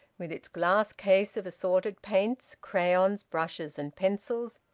with its glass case of assorted paints, crayons, brushes and pencils,